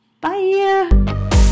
Bye